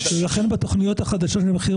כשעושים חוזה אני לא מבינה,